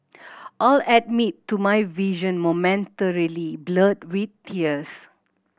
I'll admit to my vision momentarily blurred with tears